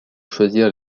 choisir